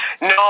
No